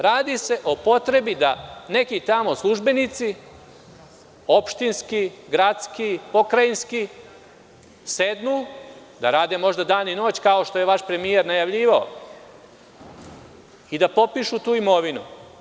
Radi se o potrebni da neki tamo službenici, opštinski, gradski, pokrajinski sednu da rade možda dan i noć, kao što je vaš premijer najavljivao i da popišu tu imovinu.